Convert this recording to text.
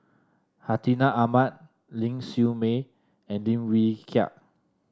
Hartinah Ahmad Ling Siew May and Lim Wee Kiak